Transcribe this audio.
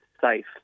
safe